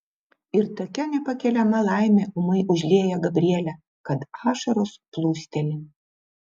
ir tokia nepakeliama laimė ūmai užlieja gabrielę kad ašaros plūsteli